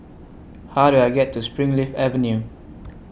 How Do I get to Springleaf Avenue